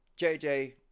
JJ